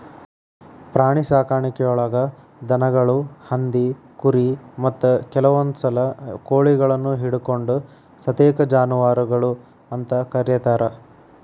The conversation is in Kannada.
ಪ್ರಾಣಿಸಾಕಾಣಿಕೆಯೊಳಗ ದನಗಳು, ಹಂದಿ, ಕುರಿ, ಮತ್ತ ಕೆಲವಂದುಸಲ ಕೋಳಿಗಳನ್ನು ಹಿಡಕೊಂಡ ಸತೇಕ ಜಾನುವಾರಗಳು ಅಂತ ಕರೇತಾರ